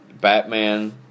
Batman